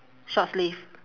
short sleeve